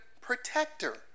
protector